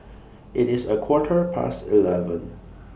IT IS A Quarter Past eleven